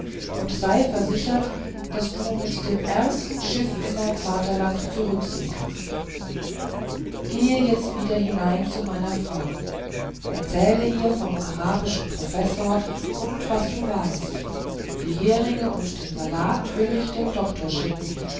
und sei versichert daß du mit dem ersten schiff in dein vaterland zurücksegelst gehe jetzt wieder hinein zu meiner frau erzähle ihr vom arabischen professor und was du weißt die heringe und den salat will ich dem doktor schicken